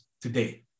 today